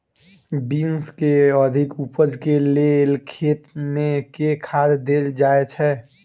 Beans केँ अधिक उपज केँ लेल खेत मे केँ खाद देल जाए छैय?